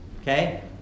okay